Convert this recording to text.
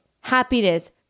happiness